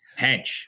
Hench